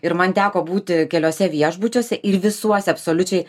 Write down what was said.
ir man teko būti keliuose viešbučiuose ir visuose absoliučiai